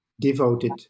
devoted